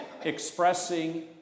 expressing